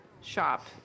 shop